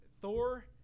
Thor